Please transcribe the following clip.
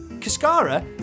Cascara